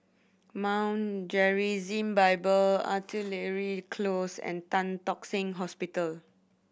Mount Gerizim Bible Artillery Close and Tan Tock Seng Hospital